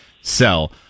sell